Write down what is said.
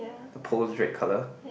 the post red colour